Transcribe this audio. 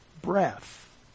breath